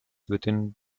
within